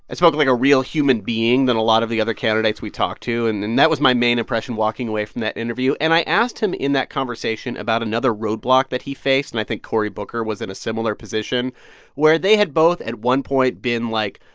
spoke like a real human being than a lot of the other candidates we talked to. and then that was my main impression walking away from that interview. and i asked him in that conversation about another roadblock that he faced and i think cory booker was in a similar position where they had both at one point been, like,